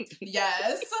Yes